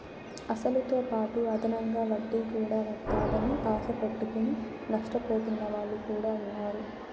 అసలుతోపాటు అదనంగా వడ్డీ కూడా వత్తాదని ఆశ పెట్టుకుని నష్టపోతున్న వాళ్ళు కూడా ఉన్నారు